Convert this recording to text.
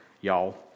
Y'all